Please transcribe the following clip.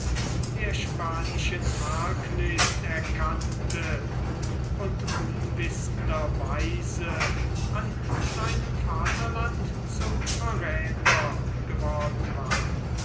der spanischen arglist erkannte und unwissender weise an seinem vaterlande zum verräther geworden war